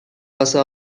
واسه